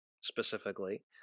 specifically